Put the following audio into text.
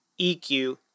EQ